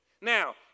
Now